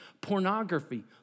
pornography